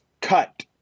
Cut